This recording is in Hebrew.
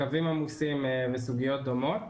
קווים עמוסים וסוגיות דומות.